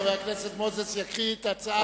חבר הכנסת מוזס יקריא את הצעת הסיכום.